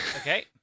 Okay